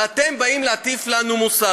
ואתם באים להטיף לנו מוסר.